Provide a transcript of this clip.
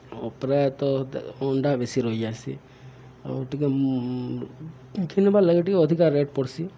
ପ୍ରାୟତଃ ଅଣ୍ଡା ବେଶୀ ରହିଯାଏସି ଆଉ ଟିକେ କିଣିବାର୍ ଲାଗି ଟିକେ ଅଧିକା ରେଟ୍ ପଡ଼୍ସି